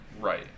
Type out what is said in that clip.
Right